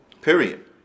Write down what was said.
period